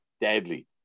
Deadly